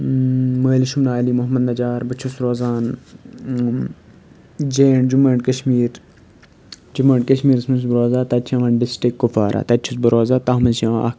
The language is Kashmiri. مٲلِس چھُم ناو علی محمد نجار بہٕ چھُس روزان J and Jammu and Kashmir Jammu and کَشمیٖرَس منٛز چھُس بہٕ روزان تَتہِ چھُ یِوان ڈِسٹرک کُپوارہ تَتہِ چھُس بہٕ روزان تَتھ منٛز چھِ یِوان اکھ